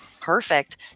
Perfect